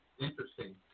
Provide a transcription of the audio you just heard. interesting